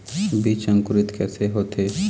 बीज अंकुरित कैसे होथे?